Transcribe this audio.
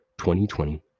2020